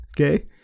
okay